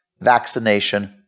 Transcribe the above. vaccination